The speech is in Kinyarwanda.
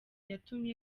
yatumye